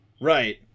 Right